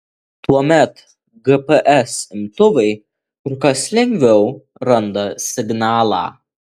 tuomet gps imtuvai kur kas lengviau randa signalą